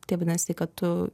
tai vadinasi kad tu